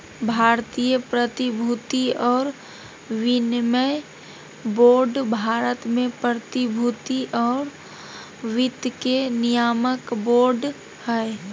भारतीय प्रतिभूति और विनिमय बोर्ड भारत में प्रतिभूति और वित्त के नियामक बोर्ड हइ